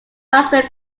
faster